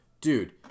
Dude